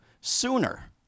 sooner